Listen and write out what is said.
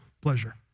pleasure